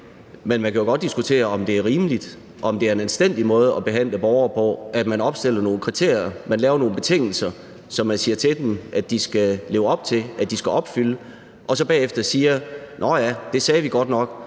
Men man kan jo godt diskutere, om det er rimeligt, om det er en anstændig måde at behandle borgere på, når man opstiller nogle kriterier, nogle betingelser, som man siger de skal leve op til og opfylde, og så siger man bagefter: Nå ja, det sagde vi godt nok,